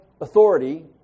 authority